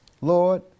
Lord